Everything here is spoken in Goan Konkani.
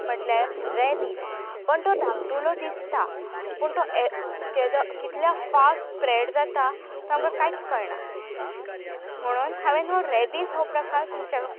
म्हटल्यार रेबीज पण तो धाकटुलो दिसता पूण तो केदो कितल्या फास्ट स्प्रेड जाता तो आमकां कांयच कळना म्हणून हांवें हो रेबीज हो प्रकार तुमच्या